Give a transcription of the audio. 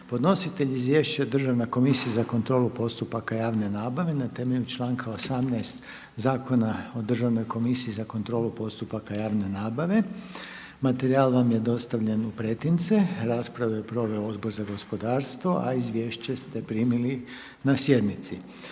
Podnositelj izvješća je Državna komisija za kontrolu postupaka javne nabave na temelju članka 18. Zakona o Državnoj komisiji za kontrolu postupaka javne nabave. Materijal vam je dostavljen u pretince. Raspravu je proveo Odbor za gospodarstvo, a izvješće ste primili na sjednici.